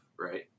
right